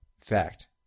fact